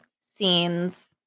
scenes